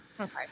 Okay